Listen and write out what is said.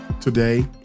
today